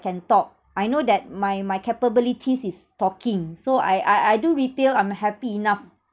can talk I know that my my capabilities is talking so I I I do retail I'm happy enough